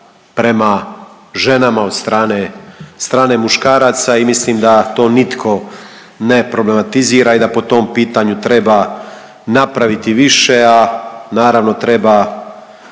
prema ženama od strane muškaraca i mislim da to nitko ne problematizira i da po tom pitanju treba napraviti više, a naravno, treba